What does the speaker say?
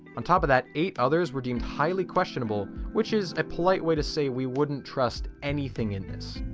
on top of that eight others were deemed highly questionable which is a polite way to say we wouldn't trust anything in this.